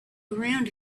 around